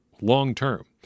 long-term